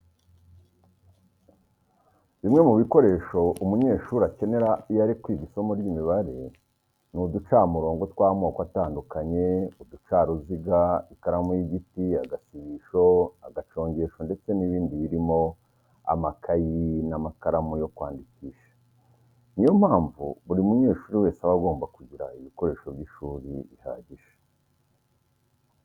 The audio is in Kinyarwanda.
Bimwe mu bikoresho umunyeshuri akenera iyo ari kwiga isomo ry'imibare ni uducamurongo tw'amoko atandukanye, uducaruziga, ikaramu y'igiti, agasibisho, agacongesho ndetse n'ibindi birimo amakayi n'amakaramu yo kwandikisha. Ni yo mpamvu buri munyeshuri wese aba agomba kugira ibikoresho by'ishuri bihagije.